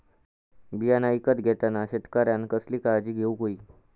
बियाणा ईकत घेताना शेतकऱ्यानं कसली काळजी घेऊक होई?